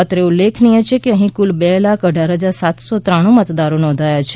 અત્રે ઉલ્લેખનીય છે કે અહીં કૂલ બે લાખ અઢાર હજાર સાતસો ત્રાણું મતદારો નોંધાયા છે